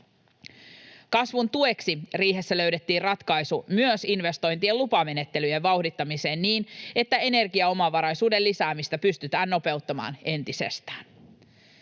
Kasvun tueksi riihessä löydettiin ratkaisu myös investointien lupamenettelyjen vauhdittamiseen niin, että energiaomavaraisuuden lisäämistä pystytään nopeuttamaan entisestään.